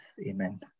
amen